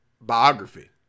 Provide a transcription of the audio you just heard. biography